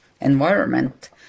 environment